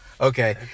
okay